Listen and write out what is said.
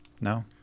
No